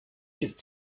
should